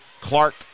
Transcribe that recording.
Clark